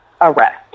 arrest